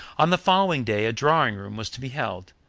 on the following day a drawing-room was to be held,